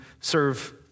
serve